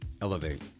elevate